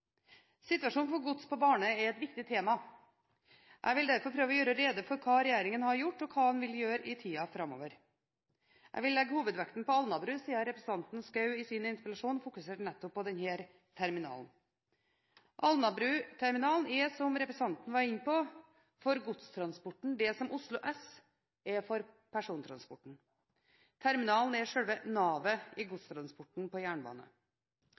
Situasjonen for gods på bane er et viktig tema. Jeg vil derfor prøve å gjøre rede for hva regjeringen har gjort, og hva den vil gjøre i tiden framover. Jeg vil legge hovedvekten på Alnabru, siden representanten Schou i sin interpellasjon fokuserte nettopp på denne terminalen. Alnabruterminalen er, som representanten var inne på, for godstransporten det som Oslo S er for persontransporten. Terminalen er selve navet i godstransporten på